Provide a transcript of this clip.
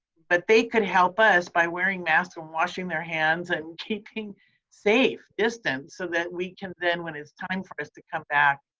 but they could help us by wearing masks washing their hands and keeping safe distance so that we can then when it's time for us to come back,